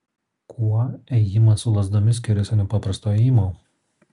kuo ėjimas su lazdomis skiriasi nuo paprasto ėjimo